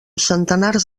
centenars